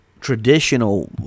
traditional